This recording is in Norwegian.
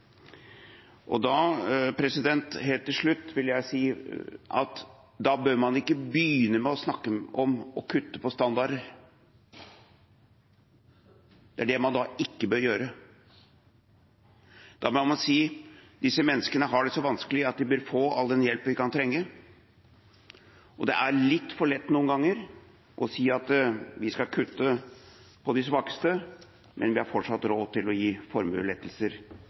Helt til slutt vil jeg si at man bør ikke begynne med å snakke om å kutte i standarder – det er det man ikke bør gjøre. Man bør si: Disse menneskene har det så vanskelig at de bør få all den hjelp de kan trenge. Det er noen ganger litt for lett å si at vi skal kutte til de svakeste, men vi har fortsatt råd til å gi formuelettelser